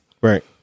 Right